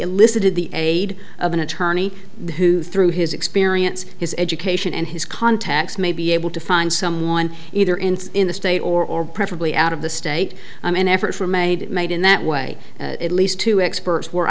elicited the aid of an attorney who through his experience his education and his contacts may be able to find someone either in the state or preferably out of the wait i'm an effort for made it made in that way at least two experts were